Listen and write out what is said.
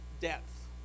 Depth